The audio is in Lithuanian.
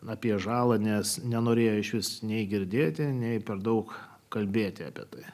apie žalą nes nenorėjo išvis nei girdėti nei per daug kalbėti apie tai